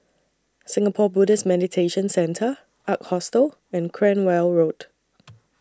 Singapore Buddhist Meditation Centre Ark Hostel and Cranwell Road